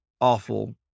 awful